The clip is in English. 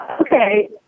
okay